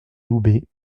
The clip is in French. loubet